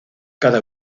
cada